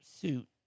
suit